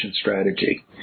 strategy